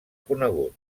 conegut